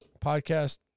Podcast